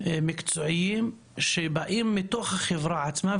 מקצועיים שבאים מתוך החברה עצמה,